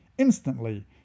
Instantly